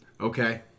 Okay